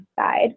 side